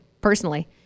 personally